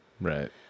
Right